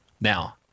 now